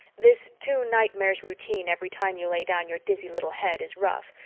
this two-nightmares routine every time you lay down your dizzy little head is rough,